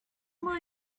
will